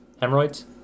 Hemorrhoids